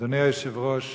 אדוני היושב-ראש,